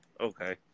Okay